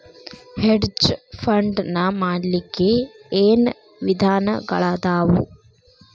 Hedge fund ನ ಮಾಡ್ಲಿಕ್ಕೆ ಏನ್ ವಿಧಾನಗಳದಾವು?